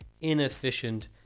inefficient